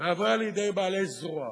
ועברה לידי בעלי זרוע,